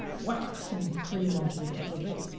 whap some cream onto the top of it,